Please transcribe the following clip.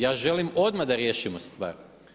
Ja želim odmah da riješimo stvar.